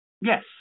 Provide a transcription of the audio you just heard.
Yes